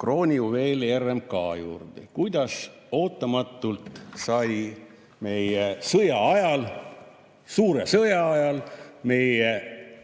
kroonijuveeli RMK juurde. Kuidas ootamatult sai suure sõja ajal meie